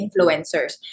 influencers